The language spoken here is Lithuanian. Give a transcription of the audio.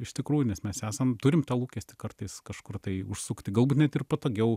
iš tikrųjų nes mes esam turim tą lūkestį kartais kažkur tai užsukti galbūt net ir patogiau